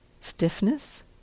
stiffness